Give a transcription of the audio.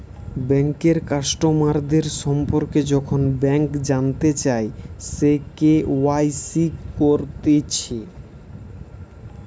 বেঙ্কের কাস্টমারদের সম্পর্কে যখন ব্যাংক জানতে চায়, সে কে.ওয়াই.সি করতিছে